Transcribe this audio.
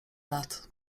lat